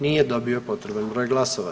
Nije dobio potreban broj glasova.